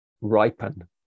ripen